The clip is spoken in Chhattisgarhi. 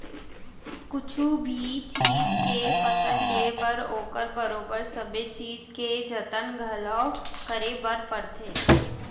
कुछु भी चीज के फसल लिये बर ओकर बरोबर सबे चीज के जतन घलौ करे बर परथे